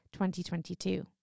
2022